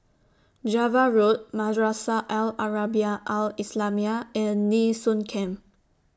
Java Road Madrasah Al Arabiah Al Islamiah and Nee Soon Camp